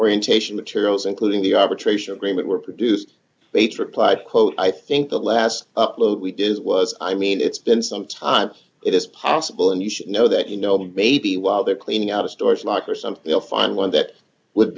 orientation materials including the arbitration agreement were produced bates replied quote i think the last upload we did is was i mean it's been sometimes it is possible and you should know that you know maybe while they're cleaning out a storage locker or something or find one that would